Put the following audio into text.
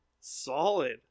Solid